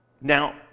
Now